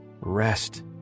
rest